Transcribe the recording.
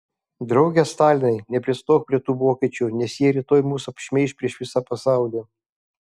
drauge stalinai nepristok prie tų vokiečių nes jie rytoj mus apšmeiš prieš visą pasaulį